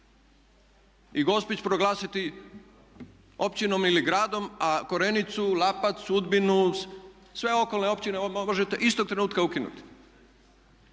i Gospić proglasiti općinom ili gradom, a Korenicu, Lapac, Udbinu sve okolne općine možete istog trenutka ukinuti.